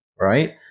right